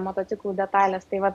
motociklų detalės tai va